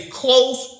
close